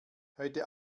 heute